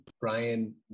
Brian